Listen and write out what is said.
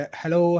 hello